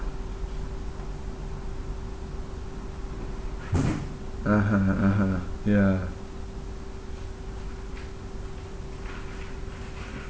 (uh huh) (uh huh) ya